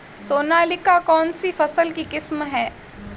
सोनालिका कौनसी फसल की किस्म है?